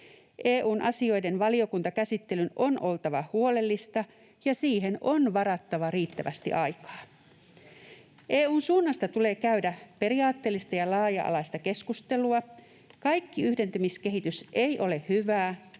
EU-asioiden valiokuntakäsittelyn on oltava huolellista, ja siihen on varattava riittävästi aikaa. EU:n suunnasta tulee käydä periaatteellista ja laaja-alaista keskustelua. Kaikki yhdentymiskehitys ei ole hyvää,